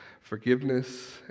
forgiveness